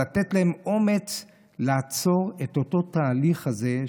לתת להם אומץ לעצור את התהליך הזה,